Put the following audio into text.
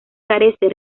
carece